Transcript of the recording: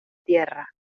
tierra